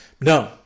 No